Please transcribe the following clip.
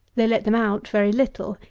they let them out very little,